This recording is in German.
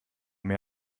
mir